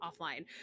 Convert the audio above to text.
offline